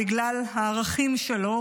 בגלל הערכים שלו,